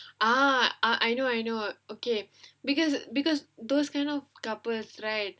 ah I know I know okay because because those kind of couples right